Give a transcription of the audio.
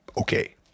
okay